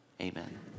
Amen